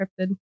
cryptid